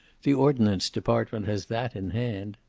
the ordnance department has that in hand.